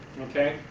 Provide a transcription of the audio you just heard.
okay,